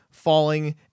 Falling